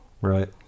right